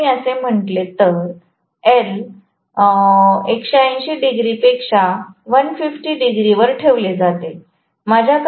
जर मी असे म्हटले तर अल 180 डिग्रीपेक्षा 150 डिग्री वर ठेवले आहे